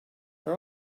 her